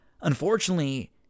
Unfortunately